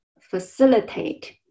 facilitate